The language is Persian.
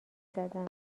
زدم